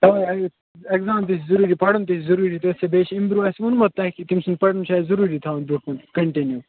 exam تہِ چھُ ضروٗری پَرُن تہِ چھُ ضروٗری تہٕ اچھا بیٚیہِ چھُ امہِ برٛونٛہہ اسہِ ووٚنمُت تۅہہِ کہِ تِم چھِنہٕ پَرنٕے یہِ چھُ اسہِ ضروٗری تھاوُن برٛونٛہہ کُن کَنٹِنِیوٗ